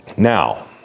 Now